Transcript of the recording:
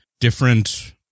different